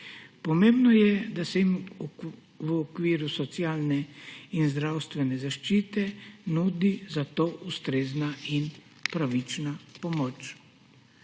pomembno je, da se jim v okviru socialne in zdravstvene zaščite nudi za to ustrezna in pravična pomoč.